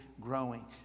growing